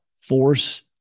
force